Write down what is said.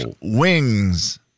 wings